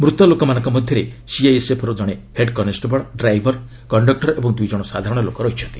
ମୃତକମାନଙ୍କ ମଧ୍ୟରେ ସିଆଇଏସ୍ଏଫ୍ର ଜଣେ ହେଡ୍ କନେଷ୍ଟବଳ ଡ୍ରାଇଭର୍ କଣ୍ଡକୂର ଓ ଦୁଇ ଜଣ ସାଧାରଣ ଲୋକ ଅଛନ୍ତି